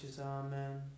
Amen